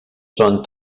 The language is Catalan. són